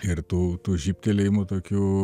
ir tų tų žybtelėjimų tokių